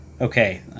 okay